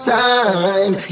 time